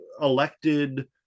elected